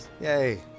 Yay